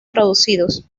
traducidos